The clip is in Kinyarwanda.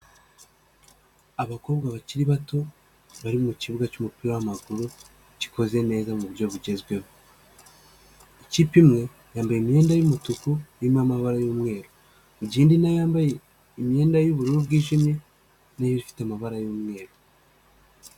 Abakobwa bakiri bato bari mu kibuga cy'umupira w'amaguru gikoze neza mu buryo bugezweho. ikipe imwe yambaye imyenda y'umutuku irimo amabara y'umweru, mu gihe indi nayo yambaye imyenda y'ubururu bwijimye n'ifite amabara y'umweru.